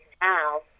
now